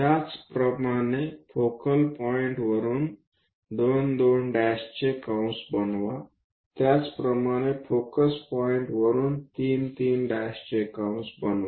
त्याचप्रमाणे focal point वरून 2 2 ची कंस बनवा त्याचप्रमाणे फोकस पॉईंट वरुन 3 3 ची कंस बनवा